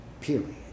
Period